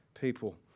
people